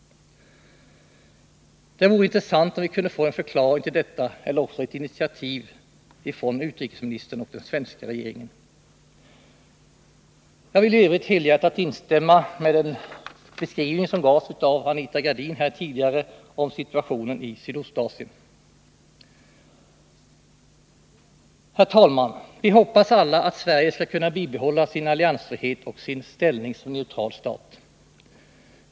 Det vore intressant om vi kunde få en förklaring till detta eller ett initiativ från utrikesministern och den svenska regeringen. Jag vill i övrigt helhjärtat instämma i den beskrivning av situationen i Sydostasien som gjordes för en stund sedan av Anita Gradin. Herr talman! Vi hoppas alla att Sverige skall kunna bibehålla sin alliansfrihet och sin ställning som neutral stat.